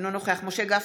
אינו נוכח משה גפני,